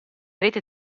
rete